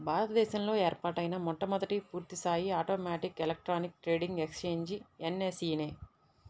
భారత దేశంలో ఏర్పాటైన మొట్టమొదటి పూర్తిస్థాయి automatic electronic trading exchange NSE నే